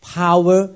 power